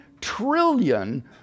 trillion